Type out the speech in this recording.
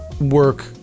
work